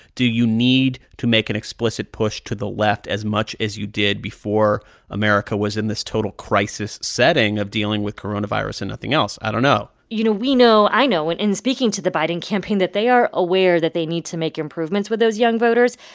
do you need to make an explicit push to the left as much as you did before america was in this total crisis setting of dealing with coronavirus and nothing else? i don't know you know, we know i know in in speaking to the biden campaign that they are aware that they need to make improvements with those young voters.